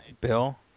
Bill